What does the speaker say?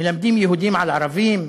מלמדים יהודים על ערבים,